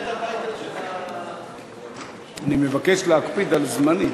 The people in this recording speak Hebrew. תראה את ה"טייטל" של, אני מבקש להקפיד על זמנים.